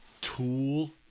tool